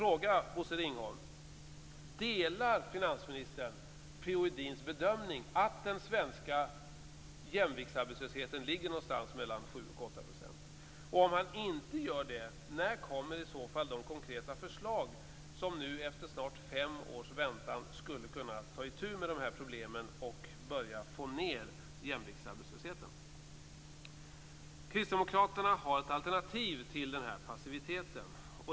8 %? Om han inte gör det, när kommer i så fall de konkreta förslag som nu efter snart fem års väntan skulle kunna ta itu med problemen och börja får ned jämviktsarbetslösheten? Kristdemokraterna har ett alternativ till denna passivitet.